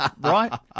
Right